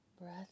breath